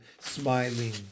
smiling